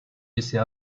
laisser